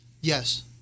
Yes